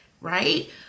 Right